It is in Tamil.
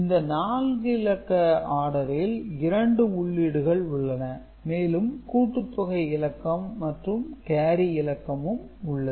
இந்த 4 இலக்க ஆடரில் இரண்டு உள்ளீடுகள் உள்ளன மேலும் கூட்டுத்தொகை இலக்கம் மற்றும் கேரி இலக்கமும் உள்ளது